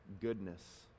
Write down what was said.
goodness